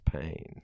pain